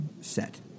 set